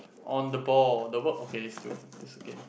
on the ball the work okay is still this again